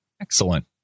Excellent